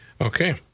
Okay